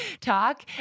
talk